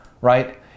right